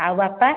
ଆଉ ବାପା